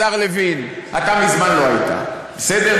השר לוין, אתה מזמן לא היית, בסדר?